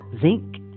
zinc